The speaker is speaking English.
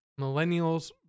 Millennials